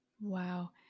Wow